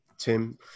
Tim